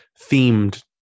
themed